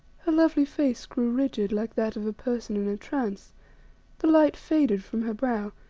her lovely face grew rigid like that of a person in a trance the light faded from her brow,